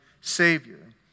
savior